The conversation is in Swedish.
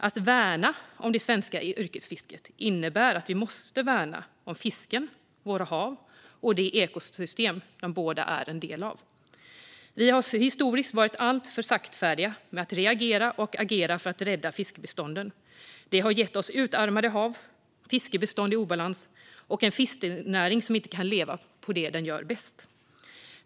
Att värna om det svenska yrkesfisket innebär att vi måste värna om fisken, våra hav och det ekosystem de båda är en del av. Vi har historiskt varit alltför saktfärdiga med att reagera och agera för att rädda fiskbestånden. Det har gett oss utarmade hav, fiskbestånd i obalans och en fiskenäring som inte kan leva på det den gör bäst.